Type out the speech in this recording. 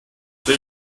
they